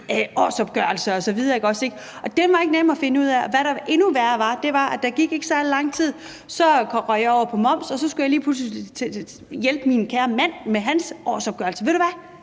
årsopgørelser osv., ikke også? Det var ikke nemt at finde ud af, og hvad der var endnu værre, var, at der ikke gik særlig lang tid, før jeg røg over på momsområdet, og så skulle jeg lige pludselig til at hjælpe min kære mand med hans årsopgørelse. Og ved du hvad?